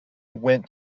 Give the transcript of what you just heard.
went